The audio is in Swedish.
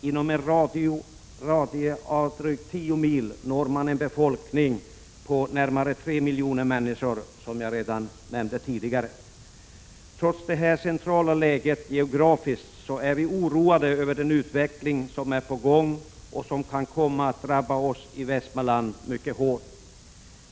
Inom en radie av drygt 10 mil når man en befolkning på närmare 3 miljoner människor, som jag redan tidigare nämnt. Trots detta centrala läge, geografiskt, är vi oroade över den utveckling som är på gång och som kan komma att drabba oss i Västmanland hårt.